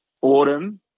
autumn